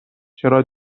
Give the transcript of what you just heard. چرا